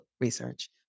research